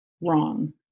wrong